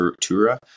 Tura